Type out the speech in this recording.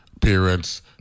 parents